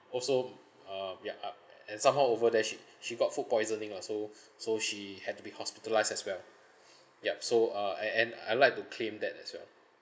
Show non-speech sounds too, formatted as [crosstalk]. also uh ya uh and somehow over there she she got food poisoning lah so [breath] so she had to be hospitalised as well [breath] yup so uh and and I'd like to claim that as well